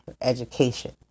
education